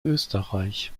österreich